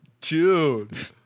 Dude